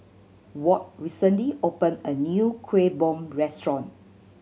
Walt recently opened a new Kueh Bom restaurant